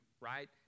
right